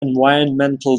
environmental